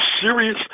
serious